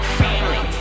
family